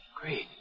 Great